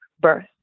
birth